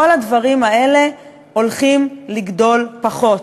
כל הדברים האלה הולכים לגדול פחות.